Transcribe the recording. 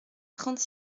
trente